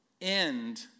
end